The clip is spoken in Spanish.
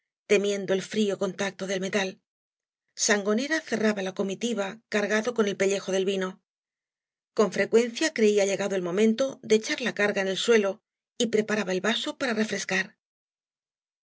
temiendo el frío contacto del metal sangonera cerraba la comitiva cargado con el pellejo de vino con frecuencia creía llegado ei momento de echar la carga en el suelo y preparaba el vaso para refrescar